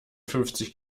fünfzig